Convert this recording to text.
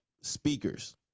speakers